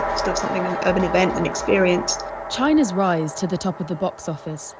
still something and of an event, an experience china's rise to the top of the box office,